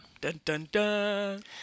dun-dun-dun